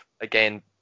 again